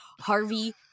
Harvey